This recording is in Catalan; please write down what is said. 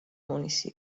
municipi